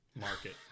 market